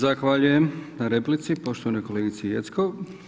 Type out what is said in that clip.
Zahvaljujem na replici poštovanoj kolegici Jeckov.